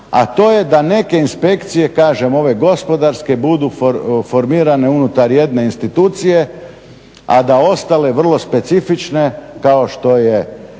a to je da neke inspekcije, kažem ove gospodarske budu formirane unutar jedne institucije, a da ostale vrlo specifične kao što je